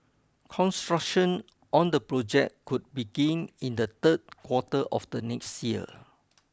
construction on the project could begin in the third quarter of the next year